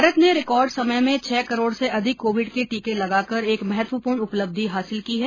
भारत ने रिकॉर्ड समय में छह करोड़ से अधिक कोविड के टीके लगाकर एक महत्वपूर्ण उपलब्धि हासिल की है